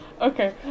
Okay